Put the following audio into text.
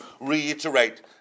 reiterate